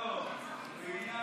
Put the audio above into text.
תודה,